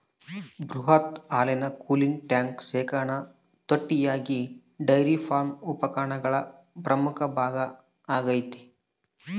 ಬೃಹತ್ ಹಾಲಿನ cooling tank ಶೇಖರಣಾ ತೊಟ್ಟಿಯಾಗಿ ಡೈರಿ ಫಾರ್ಮ್ ಉಪಕರಣಗಳ ಪ್ರಮುಖ ಭಾಗ ಆಗೈತೆ